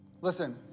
Listen